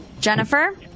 Jennifer